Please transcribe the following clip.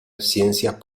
ciencias